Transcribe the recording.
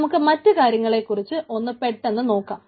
നമുക്ക് മറ്റ് കാര്യങ്ങളെ കുറിച്ച് ഒന്ന് പെട്ടെന്ന് നോക്കാം